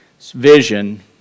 vision